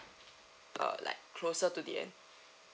err like closer to the end